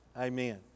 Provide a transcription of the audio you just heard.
Amen